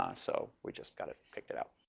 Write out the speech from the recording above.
um so we just got to take that out.